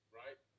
right